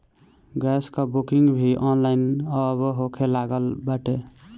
gas कअ booking भी online अब होखे लागल बाटे